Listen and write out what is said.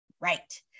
Right